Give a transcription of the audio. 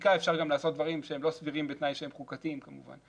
בחקיקה אפשר גם לעשות דברים שהם לא סבירים בתנאי שהם חוקתיים כמובן.